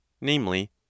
namely